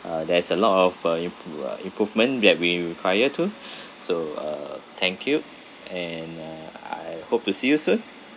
uh there's a lot of uh impo~ uh improvement that we were require to so uh thank you and uh I hope to see you soon